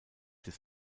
des